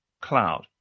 cloud